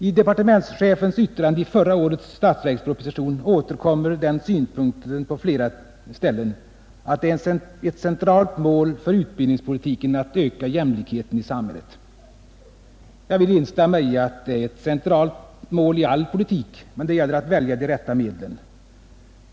I departementschefens yttrande i förra årets statsverksproposition återkommer den synpunkten på flera ställen, att det är ett centralt mål för utbildningspolitiken att öka jämlikheten i samhället. Jag vill instämma i att det är ett centralt mål i all politik, men det gäller att välja de rätta medlen.